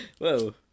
Whoa